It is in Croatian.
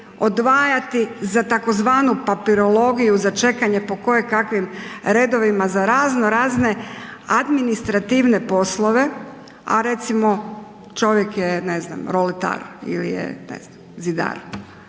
odvajati za tzv. papirologiju za čekanje po kojekakvim redovima za raznorazne administrativne poslove, a recimo čovjek je roletar ili je ne znam zidar